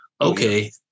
okay